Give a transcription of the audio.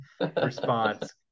response